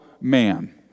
man